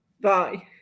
Bye